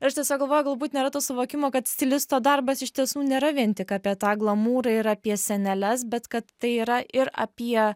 ir aš tiesiog galvoju galbūt nėra to suvokimo kad stilisto darbas iš tiesų nėra vien tik apie tą glamūrą ir apie sieneles bet kad tai yra ir apie